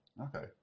Okay